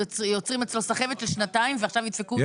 יוצרים אצל בן אדם סחבת של שנתיים ועכשיו ידפקו אותו פעמיים?